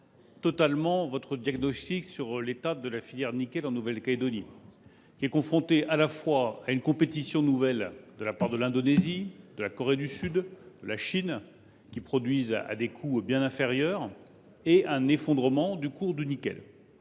je partage totalement votre diagnostic sur l’état de la filière du nickel en Nouvelle Calédonie, confrontée à la fois à une concurrence nouvelle de la part de l’Indonésie, de la Corée du Sud, de la Chine, qui produisent à des coûts bien inférieurs, et à un effondrement du cours du nickel.